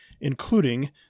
including